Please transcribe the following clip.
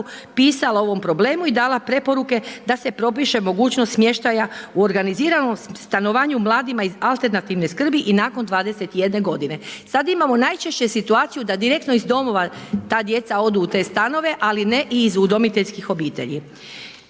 pisala o ovom problemu i dala preporuke da se propiše mogućnost smještaja u organiziranom stanovanju mladima iz alternativne skrbi i nakon 21 godine. Sada imamo najčešće situaciju da direktno iz domova ta djeca odu u te stanove, ali ne i iz udomiteljskih obitelji.